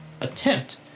attempt